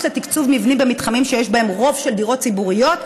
לתקצוב מבנים במתחמים שיש בהם רוב של דירות ציבוריות,